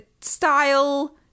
style